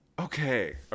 Okay